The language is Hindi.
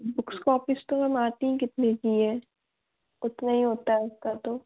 बुक्स कॉपीस तो मैम आतीं ही कितने की है उतना ही होता है उसका तो